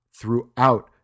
throughout